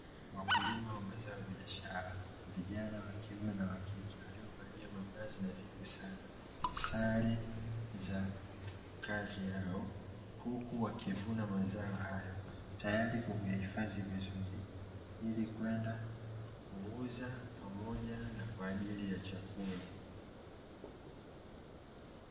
Wakulima wa mazao ya biashara, vijana wa kiume na wa kike waliovalia mavazi nadhifu sana, sare za kazi yao huku wakivuna mazao hayo tayari kwa kuyahifadhi vizuri ili kwenda kuuza pamoja na kwa ajili ya chakula.